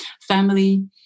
family